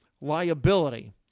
liability